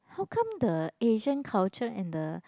how come the Asian culture and the